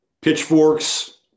pitchforks